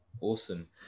Awesome